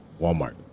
Walmart